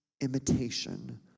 imitation